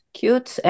cute